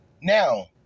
Now